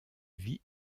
vie